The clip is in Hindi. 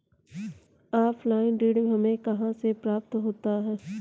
ऑफलाइन ऋण हमें कहां से प्राप्त होता है?